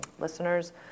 listeners